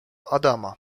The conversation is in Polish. adama